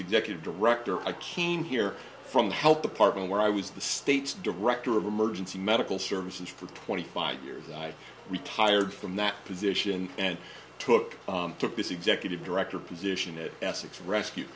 executive director i came here from help apartment where i was the state's director of emergency medical services for twenty five years i retired from that position and took took this executive director position that essex rescue